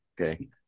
okay